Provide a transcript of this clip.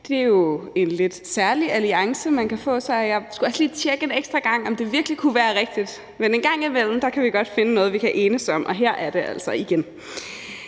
Det er jo en lidt særlig alliance at indgå i, og jeg skulle også lige tjekke en ekstra gang, om det virkelig kunne være rigtigt, men en gang imellem kan vi godt finde noget, vi kan enes om, og her er det altså sket